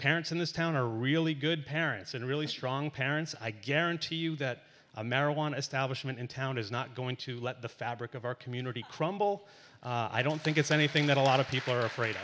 parents in this town are really good parents and really strong parents i guarantee you that a marijuana establishment in town is not going to let the fabric of our community crumble i don't think it's anything that a lot of people are afraid